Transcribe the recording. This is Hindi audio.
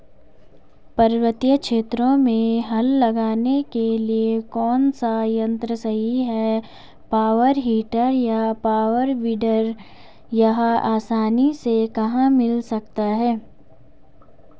पर्वतीय क्षेत्रों में हल लगाने के लिए कौन सा यन्त्र सही है पावर टिलर या पावर वीडर यह आसानी से कहाँ मिल सकता है?